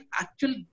actual